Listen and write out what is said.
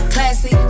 Classy